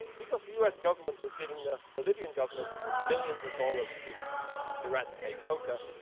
because the u s. government was giving the bolivian government millions of dollars to eradicate coca.